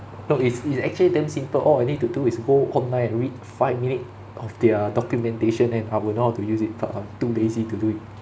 no it's it's actually damn simple all I need to do is go online and read five minute of their documentation and I will know how to use it but I too lazy to do it